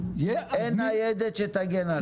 אין ניידת שתגן עליו.